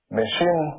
machine